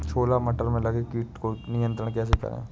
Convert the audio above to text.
छोला मटर में लगे कीट को नियंत्रण कैसे करें?